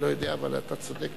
לא יודע, אבל אתה צודק.